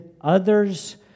others